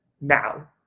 Now